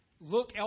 look